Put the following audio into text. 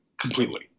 completely